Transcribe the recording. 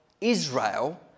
Israel